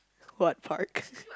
who at park